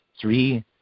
three